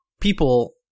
people